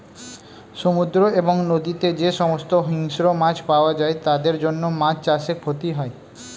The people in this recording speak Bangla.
সমুদ্র এবং নদীতে যে সমস্ত হিংস্র মাছ পাওয়া যায় তাদের জন্য মাছ চাষে ক্ষতি হয়